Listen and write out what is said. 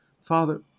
Father